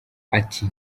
ati